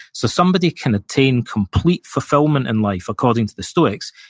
so somebody can attain complete fulfillment in life, according to the stoics,